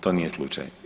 To nije slučaj.